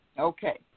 Okay